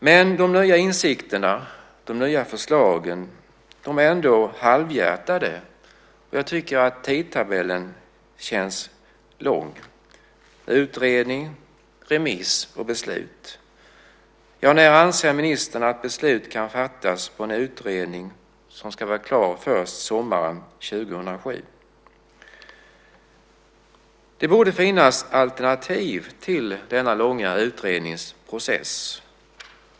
Men de nya insikterna och de nya förslagen är ändå halvhjärtade. Jag tycker att tidtabellen känns lång: utredning, remiss och beslut. När anser ministern att beslut kan fattas på grundval av en utredning som ska vara klar först sommaren 2007? Det borde finnas alternativ till denna långa utredningsprocess.